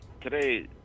today